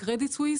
בקרדיט סוויס,